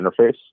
interface